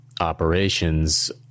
operations